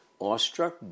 Awestruck